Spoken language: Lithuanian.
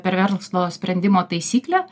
per verslo sprendimo taisyklę